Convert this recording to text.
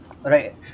Right